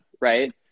right